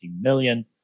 million